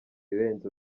irenze